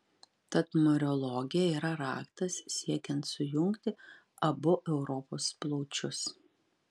tad mariologija yra raktas siekiant sujungti abu europos plaučius